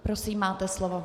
Prosím, máte slovo.